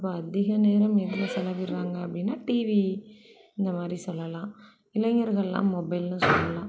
அதிக நேரம் எதில் செலவிடுறாங்க அப்படின்னா டிவி இந்த மாதிரி சொல்லலாம் இளைஞர்கள்லாம் மொபைல்னு சொல்லலாம்